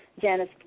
Janice